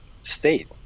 state